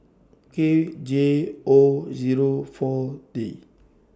K J O Zero four T